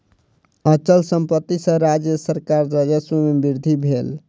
अचल संपत्ति सॅ राज्य सरकारक राजस्व में वृद्धि भेल